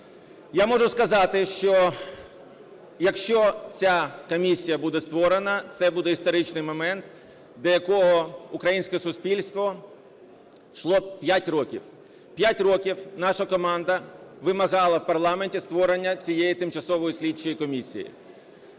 Я можу сказати, що, якщо ця комісія буде створена, це буде історичний момент, до якого українське суспільство йшло 5 років. 5 років наша команда вимагала в парламенті створення цієї тимчасової слідчої комісії.